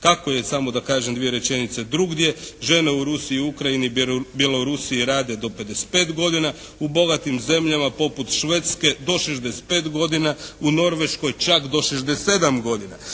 Kako je samo da kažem dvije rečenice drugdje, žene u Rusiji, Ukrajini, Bjelorusiji rade do 55 godina. U bogatim zemljama poput Švedske do 65 godina. U Norveškoj čak do 67 godina.